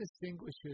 distinguishes